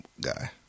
guy